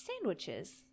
Sandwiches